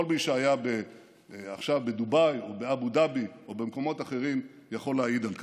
כל מי שהיה עכשיו בדובאי ובאבו דאבי או במקומות אחרים יכול להעיד על כך.